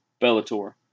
Bellator